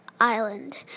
island